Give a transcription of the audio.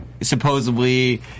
supposedly